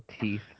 teeth